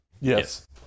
Yes